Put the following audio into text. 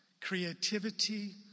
creativity